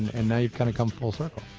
and now you've kind of come full circle?